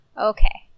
okay